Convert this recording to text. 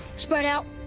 spread out,